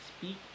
Speak